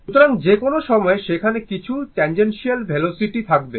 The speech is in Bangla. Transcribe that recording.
সুতরাং যে কোনও সময়ে সেখানে কিছু ট্যানজেনশিয়াল ভেলোসিটি থাকবে